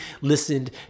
listened